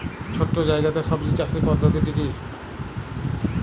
ছোট্ট জায়গাতে সবজি চাষের পদ্ধতিটি কী?